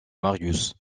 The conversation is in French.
marius